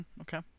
Okay